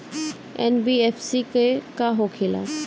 NBFC का होंखे ला?